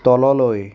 তললৈ